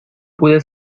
puede